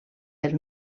del